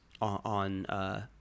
on